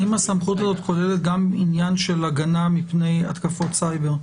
האם הסמכות הזאת כוללת גם עניין של הגנה מפני התקפות סייבר?